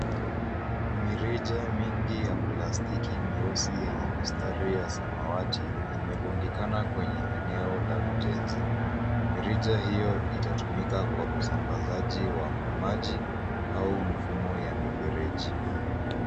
Mirija mingi ya plastiki meusi yenye mistari ya samawati imerundikana kwenye eneo la ujenzi ,mirija hiyo itatumika kwa usambazaji wa maji au mifumo ya mifereji.